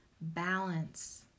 balance